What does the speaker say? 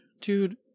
Dude